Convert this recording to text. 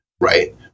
right